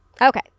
okay